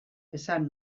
esan